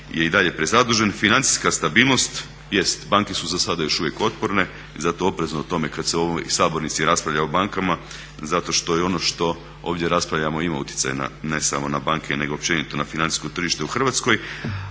je i dalje prezadužen. Financijska stabilnost, jest banke su za sada još uvijek otporne i zato oprezno o tome kad se u ovoj sabornici raspravlja o bankama zato što je ono što ovdje raspravljamo ima uticaj ne samo na banke nego općenito na financijsko tržište u Hrvatskoj.